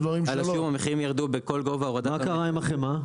נתנו פטור על השום והמחירים ירדו בכל גובה --- מה קרה עם החמאה?